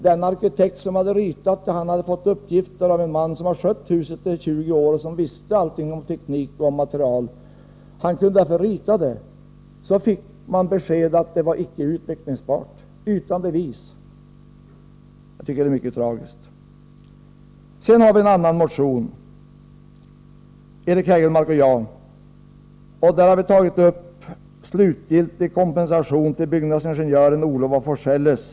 Den arkitekt som hade ritat förslaget hade fått uppgiften av en man som skött huset i 20 år och som visste allting om teknik och material. Han kunde därför göra en ritning. Sedan kom beskedet — utan bevis — att det inte var utvecklingsbart. Jag tycker att det är mycket tragiskt. Eric Hägelmark och jag har en annan motion där vi har tagit upp frågan om slutgiltig kompensation till byggnadsingenjören Olof af Forselles.